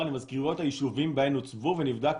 למזכירויות היישובים בהם הוצבו ונבדק